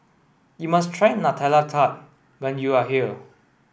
you must try Nutella Tart when you are here